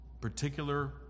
particular